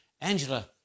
Angela